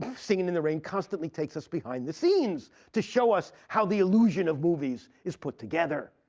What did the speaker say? singin' in the rain constantly takes us behind the scenes to show us how the illusion of movies is put together.